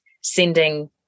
sending